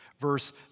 Verse